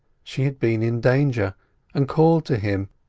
she had been in danger and called to him,